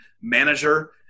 manager